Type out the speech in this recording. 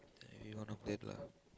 one of that lah